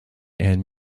and